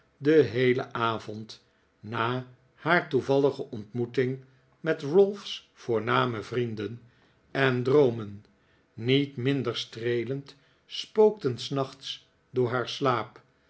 den heelen avond na haar toevallige ontmoeting met ralph's voorname vrienden en droomen niet minder streelend spookten s nachts door haar slaap